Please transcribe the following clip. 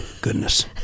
goodness